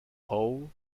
paul